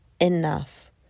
enough